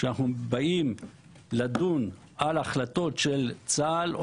כשאנחנו באים לדון על החלטות של צה"ל או